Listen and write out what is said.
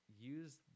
use